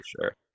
sure